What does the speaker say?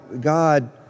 God